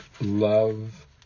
love